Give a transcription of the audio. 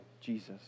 Jesus